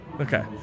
Okay